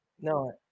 No